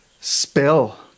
spell